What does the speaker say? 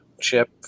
chip